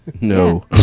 No